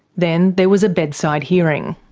then there was a bedside hearing.